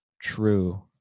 true